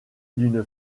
d’une